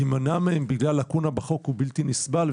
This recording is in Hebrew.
יימנע מהם בגלל לאקונה בחוק הוא בלתי נסבל,